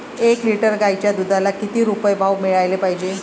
एक लिटर गाईच्या दुधाला किती रुपये भाव मिळायले पाहिजे?